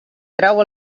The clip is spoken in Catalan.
trau